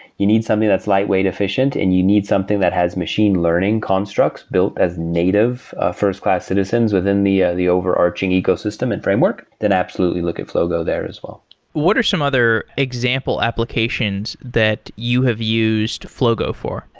you need something that's lightweight efficient and you need something that has machine learning constructs built as native first-class citizens within the ah the overarching ecosystem and framework, then absolutely look at flogo there as well what are some other example applications that you have used flogo for?